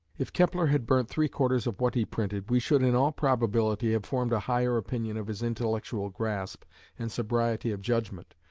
if kepler had burnt three-quarters of what he printed, we should in all probability have formed a higher opinion of his intellectual grasp and sobriety of judgment,